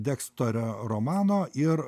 dekstorio romano ir